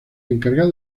encargado